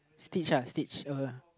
stitch uh stitch uh